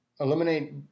Eliminate